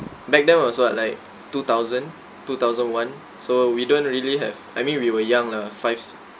back then was what like two thousand two thousand one so we don't really have I mean we were young lah five